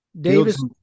Davis